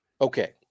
okay